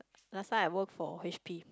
last time I worked for H_P